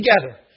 together